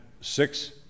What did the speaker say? six